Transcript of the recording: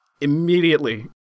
immediately